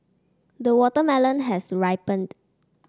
the watermelon has ripened